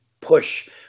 push